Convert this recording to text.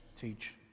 Teach